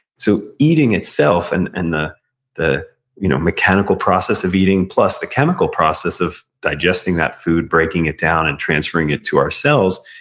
so eating itself, and and the the you know mechanical process of eating, plus the chemical process of digesting that food, breaking it down, and transferring it to our cells,